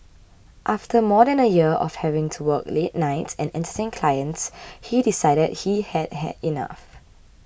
after more than a year of having to work late nights and Entertain Clients he decided he had had enough